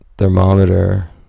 Thermometer